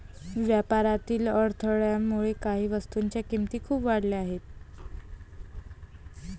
व्यापारातील अडथळ्यामुळे काही वस्तूंच्या किमती खूप वाढल्या आहेत